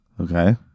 Okay